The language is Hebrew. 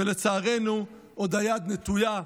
ולצערנו עוד היד נטויה,